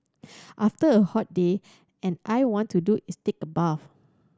after a hot day and I want to do is take bath